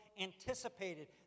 anticipated